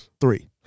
Three